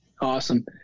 Awesome